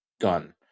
gun